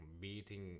beating